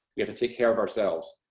we have to take care of ourselves.